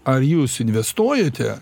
ar jūs investuojate